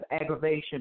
aggravation